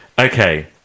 Okay